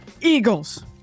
Eagles